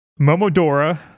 momodora